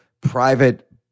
private